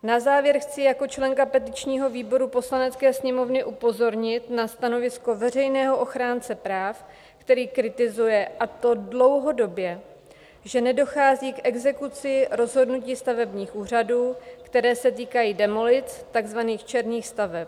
Na závěr chci jako členka petičního výboru Poslanecké sněmovny upozornit na stanovisko veřejného ochránce práv, který kritizuje, a to dlouhodobě, že nedochází k exekuci rozhodnutí stavebních úřadů, které se týkají demolic takzvaných černých staveb.